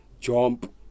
Jump